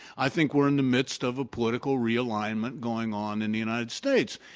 i think we're in the midst of a political realignment going on in the united states.